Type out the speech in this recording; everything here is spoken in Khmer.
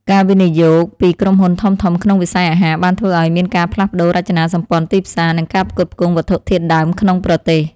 ការវិនិយោគពីក្រុមហ៊ុនធំៗក្នុងវិស័យអាហារបានធ្វើឲ្យមានការផ្លាស់ប្តូររចនាសម្ព័ន្ធទីផ្សារ និងការផ្គត់ផ្គង់វត្ថុធាតុដើមក្នុងប្រទេស។